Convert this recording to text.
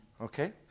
Okay